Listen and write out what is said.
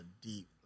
deep